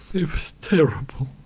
it was terrible.